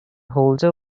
holder